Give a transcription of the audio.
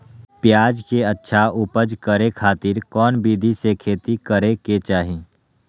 प्याज के अच्छा उपज करे खातिर कौन विधि से खेती करे के चाही?